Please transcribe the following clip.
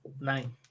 Nine